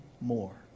more